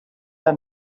the